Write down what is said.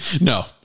No